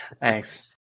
thanks